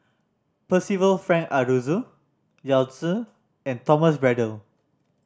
Percival Frank Aroozoo Yao Zi and Thomas Braddell